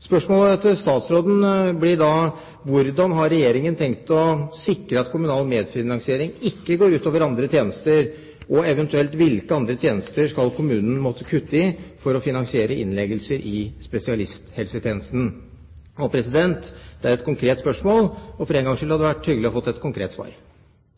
Spørsmålet til statsråden blir da: Hvordan har Regjeringen tenkt å sikre at kommunal medfinansiering ikke går ut over andre tjenester, og eventuelt hvilke andre tjenester skal kommunen måtte kutte i for å finansiere innleggelser i spesialisthelsetjenesten? Det er et konkret spørsmål, og for én gangs skyld hadde det vært hyggelig å få et konkret svar.